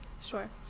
Sure